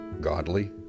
godly